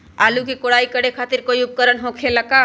आलू के कोराई करे खातिर कोई उपकरण हो खेला का?